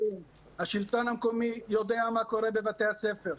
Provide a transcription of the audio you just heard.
השלטון המקומי יודע מה קורה בבתי הספר,